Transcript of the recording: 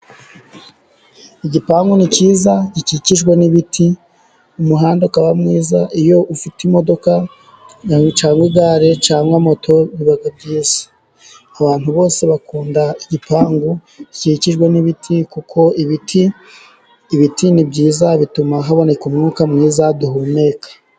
Igipangu ni cyiza gikikijwe n'ibiti, umuhanda ukaba mwiza iyo ufite imodoka, cyagwa igare, cyangwa moto, biba byiza. Abantu bose bakunda igipangu gikikijwe n'ibiti, kuko ibiti ni byiza bituma haboneka, umwuka mwiza duhumeka.